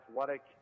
athletic